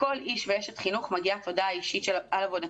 לכל איש ואשת חינוך מגיעה תודה אישית על עבודתם.